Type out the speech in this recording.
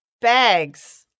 bags